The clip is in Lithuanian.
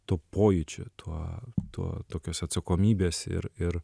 tuo pojūčiu tuo tuo tokios atsakomybės ir ir